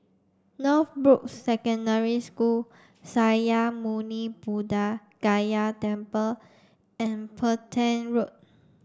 Northbrooks Secondary School Sakya Muni Buddha Gaya Temple and Petain Road